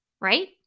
right